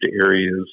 areas